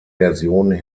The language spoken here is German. versionen